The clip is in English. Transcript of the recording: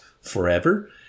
Forever